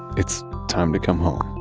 it's time to come home